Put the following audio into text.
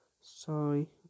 sorry